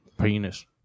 penis